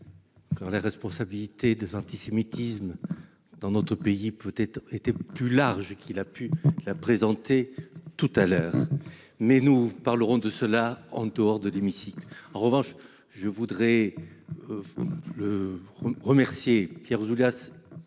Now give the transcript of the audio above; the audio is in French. Quand la responsabilité des antisémitisme dans notre pays. Peut-être était plus large qu'il a pu la présenter tout à l'heure mais nous parlerons de cela en dehors de l'hémicycle. En revanche je voudrais. Le remercier Pierre Ouzoulias.